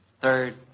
third